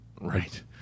Right